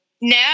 No